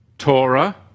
Torah